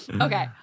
Okay